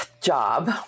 job